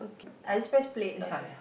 I just press play okay